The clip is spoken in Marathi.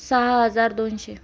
सहा हजार दोनशे